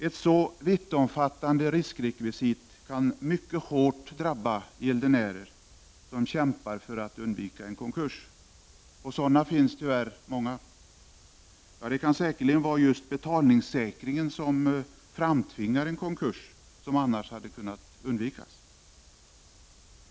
Ett så vittomfattande riskrekvisit kan mycket hårt drabba gäldenärer som kämpar intensivt för att undvika konkurs. Det finns tyvärr många sådana. Ja, det kan säkerligen vara just betalningssäkringen som framtvingar en konkurs — vilken annars kunde undvikas.